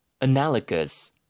Analogous